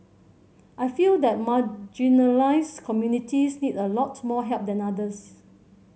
I feel that marginalised communities need a lot more help than others